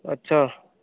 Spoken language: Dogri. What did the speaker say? अच्छा